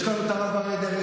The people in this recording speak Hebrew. יש לנו את הרב אריה דרעי,